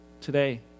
today